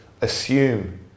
assume